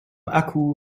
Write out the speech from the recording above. akku